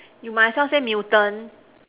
you might as well say mutant